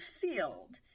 field